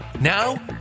Now